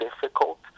difficult